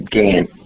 game